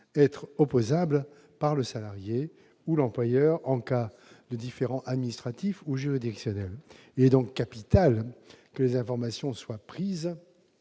être opposables par le salarié ou l'employeur en cas de différend administratif ou juridictionnel. Il est donc capital que les informations soient précises.